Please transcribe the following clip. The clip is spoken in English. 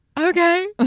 Okay